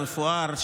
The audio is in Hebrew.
המפואר,